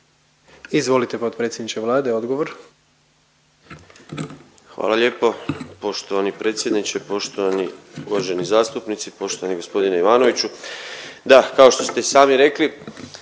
Izvolite potpredsjedniče Vlade odgovor.